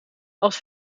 als